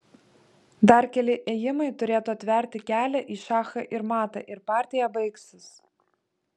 dar keli ėjimai turėtų atverti kelią į šachą ir matą ir partija baigsis